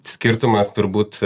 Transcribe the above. skirtumas turbūt